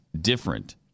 different